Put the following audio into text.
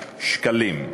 שקלים.